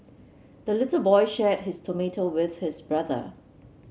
the little boy shared his tomato with his brother